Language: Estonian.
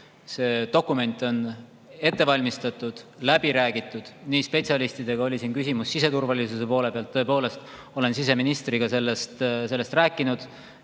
See dokument on ette valmistatud ja läbi räägitud ka spetsialistidega. Siin oli küsimus siseturvalisuse seisukohalt. Tõepoolest, olen siseministriga sellest rääkinud,